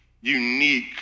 unique